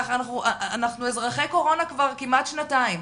אנחנו אזרחי קורונה כבר כמעט שנתיים,